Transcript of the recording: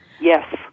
Yes